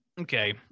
okay